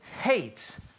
hates